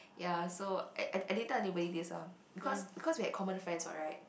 ya so I I I didn't tell anybody this ah because cause we had common friends [what] right